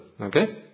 Okay